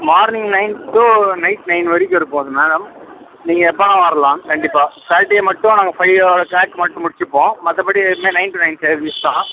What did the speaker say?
morning nine to night nine வரைக்கும் இருப்போம் madam நீங்கள் எப்போ வேணுனா வர்லாம் கண்டிப்பாக சாட்டர்டே மட்டும் நாங்கள் ஃபைவ் ஹவர்ஸ் பார்த்து முடிச்சுப்போம் மற்றபடி எப்பியுமே நைன் டு நைன் சர்வீஸ் தான்